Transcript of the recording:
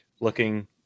looking